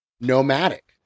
nomadic